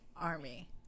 army